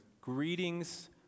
Greetings